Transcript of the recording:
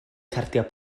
cardiau